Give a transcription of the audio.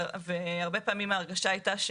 והרבה פעמים ההרגשה הייתה,